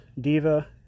diva